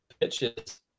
pitches